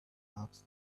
asked